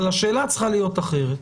אבל השאלה צריכה להיות אחרת.